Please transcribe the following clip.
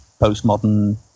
postmodern